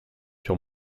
sur